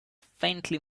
faintly